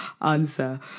answer